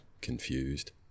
confused